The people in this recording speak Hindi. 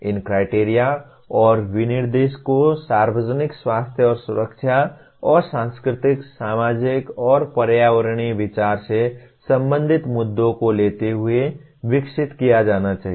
इन क्राइटेरिया और विनिर्देश को सार्वजनिक स्वास्थ्य और सुरक्षा और सांस्कृतिक सामाजिक और पर्यावरणीय विचार से संबंधित मुद्दों को लेते हुए विकसित किया जाना चाहिए